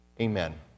Amen